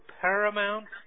paramount